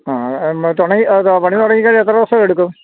ആ പണി തുടങ്ങിക്കഴിഞ്ഞാല് എത്ര ദിവസമെടുക്കും